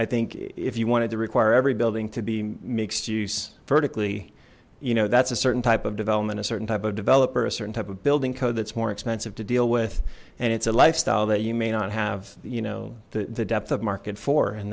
i think if you wanted to require every building to be mixed use vertically you know that's a certain type of development a certain type of developer a certain type of building code that's more expensive to deal with and it's a lifestyle that you may not have you know the depth of market for